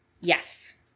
Yes